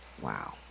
wow